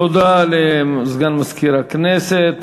תודה לסגן מזכירת הכנסת.